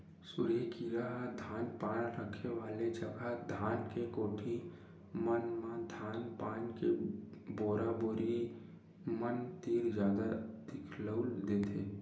सुरही कीरा ह धान पान रखे वाले जगा धान के कोठी मन म धान पान के बोरा बोरी मन तीर जादा दिखउल देथे